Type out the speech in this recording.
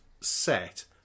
set